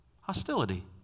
hostility